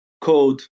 code